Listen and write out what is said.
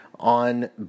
on